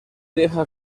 deja